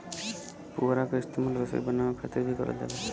पुवरा क इस्तेमाल रसरी बनावे क खातिर भी करल जाला